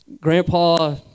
grandpa